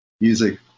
music